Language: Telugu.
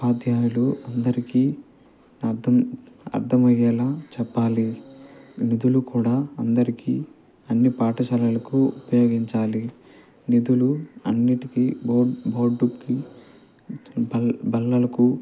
ఉపాధ్యాయులు అందరికీ అర్థం అర్థమయ్యేలా చెప్పాలి నిధులు కూడా అందరికీ అన్ని పాఠశాలలకు ఉపయోగించాలి నిధులు అన్నినింటికి బోర్డ్ బోర్డుకి బల్ బల్లలకు